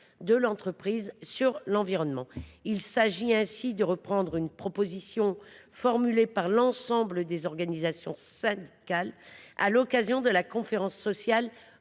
de l’entreprise sur l’environnement. Nous entendons ainsi reprendre une proposition formulée par l’ensemble des organisations syndicales à l’occasion de la conférence sociale